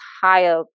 higher